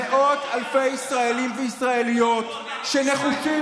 מאות אלפי ישראלים וישראליות שנחושים